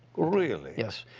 really? yes.